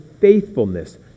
faithfulness